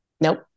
Nope